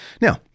Now